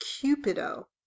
cupido